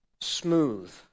smooth